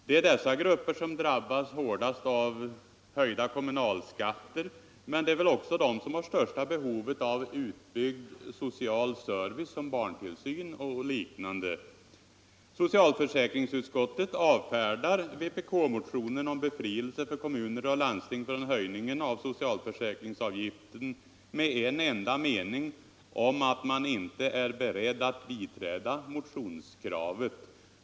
Det är dessa grupper som drabbas hårdast av höjda kommunalskatter, men det är också de som har största behovet av utbyggd social service som barntillsyn och liknande. Socialförsäkringsutskottet avfärdar vpk-motionen om befrielse för kommuner och landsting från höjningen av socialförsäkringsavgiften med en enda mening om att man inte är beredd att biträda motionskravet.